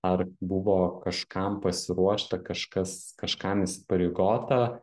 ar buvo kažkam pasiruošta kažkas kažkam įsipareigota